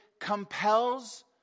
compels